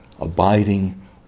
abiding